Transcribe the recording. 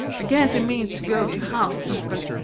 guess he means to go to house-keepin',